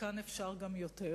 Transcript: וכאן אפשר גם יותר,